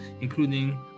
including